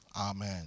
amen